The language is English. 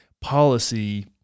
policy